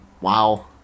Wow